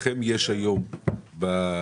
לכם יש היום בפועל,